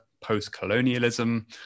post-colonialism